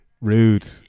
rude